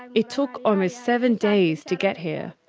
and it took almost seven days to get here.